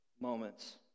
moments